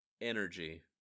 energy